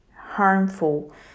harmful